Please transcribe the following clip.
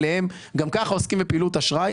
גם כך עוסקים בפעילות אשראי,